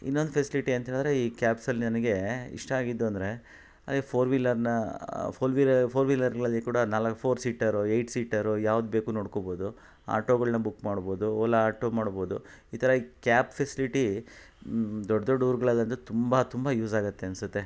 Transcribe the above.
ಇನ್ನೊಂದು ಫೆಸ್ಲಿಟಿ ಅಂತ್ಹೇಳಿದ್ರೆ ಈ ಕ್ಯಾಬ್ಸಲ್ಲಿ ನನಗೆ ಇಷ್ಟ ಆಗಿದ್ದು ಅಂದರೆ ಅದೇ ಫೋರ್ ವೀಲರ್ನ ಫೊಲ್ ವಿರ ಫೋರ್ ವೀಲರ್ಗಳಲ್ಲಿ ಕೂಡ ನಾಲ್ಕು ಫೋರ್ ಸೀಟರು ಏಯ್ಟ್ ಸೀಟರು ಯಾವ್ದು ಬೇಕು ನೋಡ್ಕೊಬೋದು ಆಟೋಗಳ್ನ ಬುಕ್ ಮಾಡ್ಬೋದು ಓಲಾ ಆಟೋ ಮಾಡ್ಬೋದು ಈ ಥರ ಕ್ಯಾಬ್ ಫೆಸ್ಲಿಟಿ ದೊಡ್ಡ ದೊಡ್ಡ ಊರುಗಳಲ್ಲಂದ್ರೆ ತುಂಬ ತುಂಬ ಯೂಸ್ ಆಗುತ್ತೆ ಅನಿಸತ್ತೆ